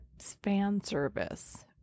fanservice